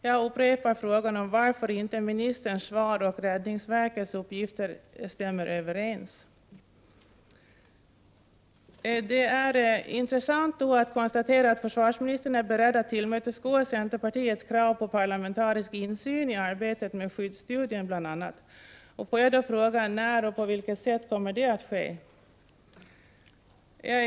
Jag upprepar frågan varför ministerns svar och räddningsverkets uppgifter inte stämmer överens. Det är intressant att konstatera att försvarsministern är beredd att tillmötesgå centerpartiets krav på parlamentarisk insyn i arbetet med bl.a. skyddsstudien. Får jag då fråga: När och på vilket sätt kommer det att ske?